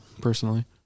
personally